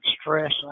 stress